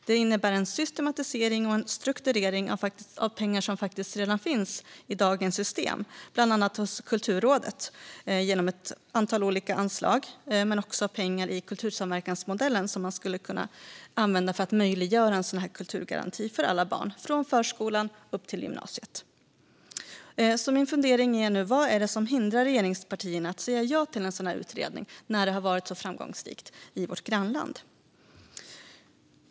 Den innebär en systematisering och strukturering av de pengar som i dag redan finns i dagens system hos bland annat Kulturrådet genom ett antal olika anslag. Det finns också pengar i kultursamverkansmodellen som man skulle använda för att möjliggöra en kulturgaranti för alla barn från förskolan till gymnasiet. Vad är det som hindrar regeringspartierna att säga ja till en sådan utredning när det här har varit så framgångsrikt i vårt grannland?